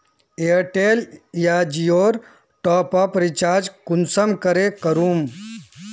Airtel या जियोर top up recharge कुंसम करे करूम?